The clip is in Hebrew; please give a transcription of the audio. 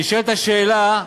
נשאלת השאלה,